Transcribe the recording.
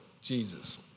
Jesus